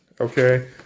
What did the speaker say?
Okay